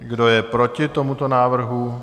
Kdo je proti tomuto návrhu?